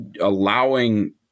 allowing